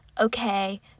okay